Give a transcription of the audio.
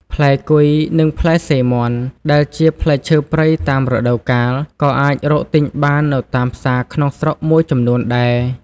ផ្លែគុយ និងផ្លែសិរមាន់ ដែលជាផ្លែឈើព្រៃតាមរដូវកាល ក៏អាចរកទិញបាននៅតាមផ្សារក្នុងស្រុកមួយចំនួនដែរ។